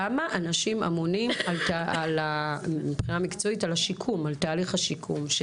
כמה אנשים היום אמונים מקצועית על תהליך השיקום?